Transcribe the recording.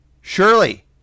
Surely